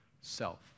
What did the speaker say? self